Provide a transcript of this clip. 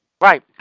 Right